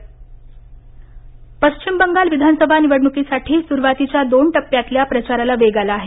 पश्चिम बंगाल पश्चिम बंगाल विधानसभा निवडणुकीसाठी सुरुवातीच्या दोन टप्प्यातल्या प्रचाराला वेग आला आहे